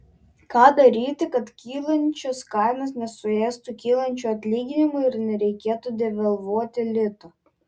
ką daryti kad kylančios kainos nesuėstų kylančių atlyginimų ir nereikėtų devalvuoti lito